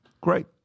Great